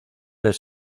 les